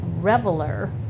reveler